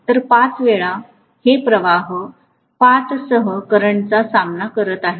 तर 5 वेळा हे खरोखर प्रवाह पाथसह करंटचा सामना करत आहे